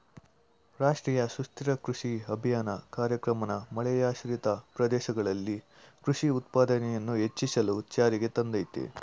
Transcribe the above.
ರಾಷ್ಟ್ರೀಯ ಸುಸ್ಥಿರ ಕೃಷಿ ಅಭಿಯಾನ ಕಾರ್ಯಕ್ರಮನ ಮಳೆಯಾಶ್ರಿತ ಪ್ರದೇಶದಲ್ಲಿ ಕೃಷಿ ಉತ್ಪಾದನೆಯನ್ನು ಹೆಚ್ಚಿಸಲು ಜಾರಿಗೆ ತಂದಯ್ತೆ